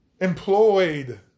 employed